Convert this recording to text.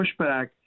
pushback